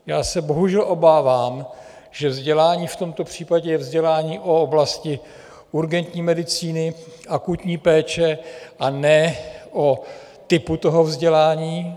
Já se bohužel obávám, že vzdělání v tomto případě je vzdělání o oblasti urgentní medicíny, akutní péče, a ne o typu toho vzdělání.